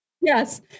Yes